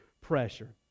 pressure